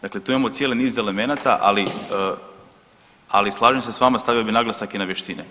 Dakle, tu imamo cijeli niz elemenata, ali slažem se s vama stavio bih naglasak i na vještine.